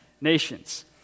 nations